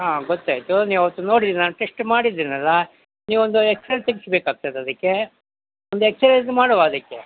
ಹಾಂ ಗೊತ್ತಾಯಿತು ನೀವು ಆವತ್ತು ನೋಡಿ ನಾನು ಟೆಸ್ಟ್ ಮಾಡಿದ್ದೀನಲ್ಲ ನೀವು ಒಂದು ಎಕ್ಸ್ರೇ ತೆಗೆಸ್ಬೇಕಾಗ್ತದೆ ಅದಕ್ಕೆ ಒಂದು ಎಕ್ಸ್ರೇ ಇದು ಮಾಡುವ ಅದಕ್ಕೆ